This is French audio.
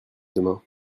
demain